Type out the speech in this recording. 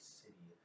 city